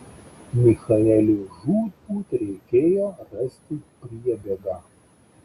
michaelui žūtbūt reikėjo rasti priebėgą